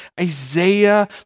Isaiah